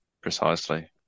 Precisely